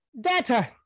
Data